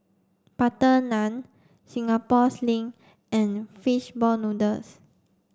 butter naan Singapore sling and fish ball noodles